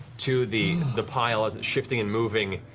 to the the pile, as it's shifting and moving,